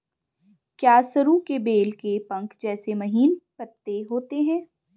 क्या सरु के बेल के पंख जैसे महीन पत्ते होते हैं?